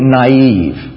naive